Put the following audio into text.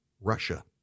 Russia